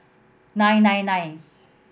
nine nine nine